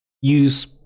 use